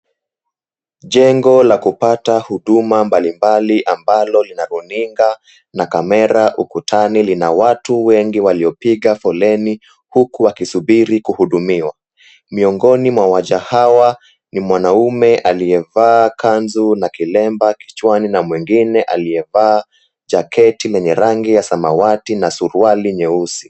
Jengo la kupata huduma mbalimbali ambalo lina runinga na kamera ukutani lina watu wengi waliopiga foleni huku wakisuburi kuhudumiwa. Miongoni mwa waja hawa ni mwanaume aliyevaa kanzu na kilemba kichwani na mwingine aliyevaa jacket lenye rangi ya samawati na suruali nyeusi.